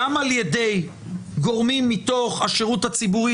גם על ידי גורמים מתוך השירות הציבורי,